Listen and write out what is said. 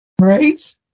right